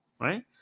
Right